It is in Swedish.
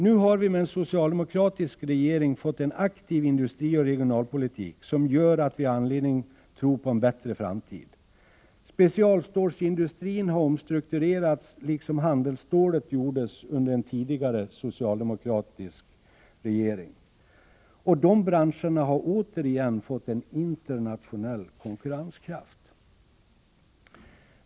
Nu har vi med en socialdemokratisk regering fått en aktiv industripolitik och regionalpolitik som gör att vi har anledning att tro på en bättre framtid. Specialstålsindustrin har omstrukturerats, liksom handelsstålet omstrukturerades under en tidigare socialdemokratisk regering. Dessa branscher har återigen fått en internationell konkurrenskraft.